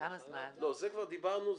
על זה כבר דיברנו.